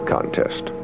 Contest